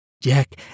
Jack